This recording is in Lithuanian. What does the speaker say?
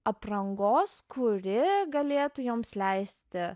aprangos kuri galėtų joms leisti